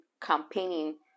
campaigning